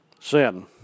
sin